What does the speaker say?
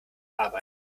arbeit